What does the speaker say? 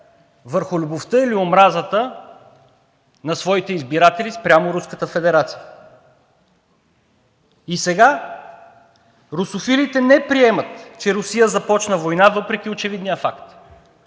върху любовта или омразата на своите избиратели спрямо Руската федерация и сега русофилите не приемат, че Русия започна война въпреки очевидния факт.